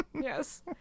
yes